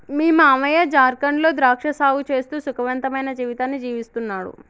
మీ మావయ్య జార్ఖండ్ లో ద్రాక్ష సాగు చేస్తూ సుఖవంతమైన జీవితాన్ని జీవిస్తున్నాడు